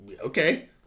okay